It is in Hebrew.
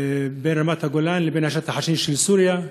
בין רמת הגולן לבין השטח השיעי של סוריה,